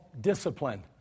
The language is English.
discipline